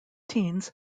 teens